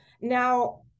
Now